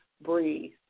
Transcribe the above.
breathe